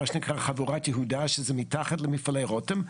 מה שנקרא חבורת יהודה שזה מתחת למפעלי רותם,